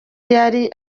yari